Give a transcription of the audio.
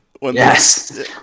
Yes